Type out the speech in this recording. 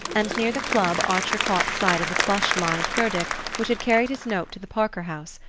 and near the club archer caught sight of the plush-lined herdic which had carried his note to the parker house,